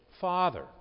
father